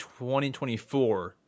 2024